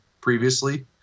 previously